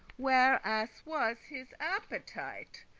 where as was his appetite,